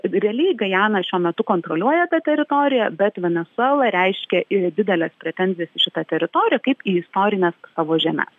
realiai gajana šiuo metu kontroliuoja tą teritoriją bet venesuela reiškia dideles pretenzijas į šią teritoriją kaip į istorines savo žemes